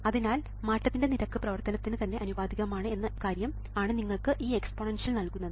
അതിനാൽ മാറ്റത്തിന്റെ നിരക്ക് പ്രവർത്തനത്തിന് തന്നെ ആനുപാതികമാണ് എന്ന ഈ കാര്യം ആണ് നിങ്ങൾക്ക് ഈ എക്സ്പൊണൻഷ്യൽ നൽകുന്നത്